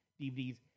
DVDs